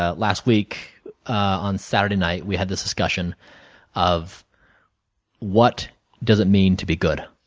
ah last week on saturday night we had this discussion of what does it mean to be good?